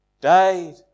died